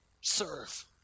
serve